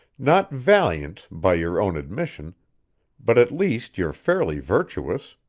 not valiant, by your own admission but at least you're fairly virtuous.